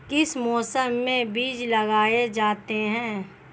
किस मौसम में बीज लगाए जाते हैं?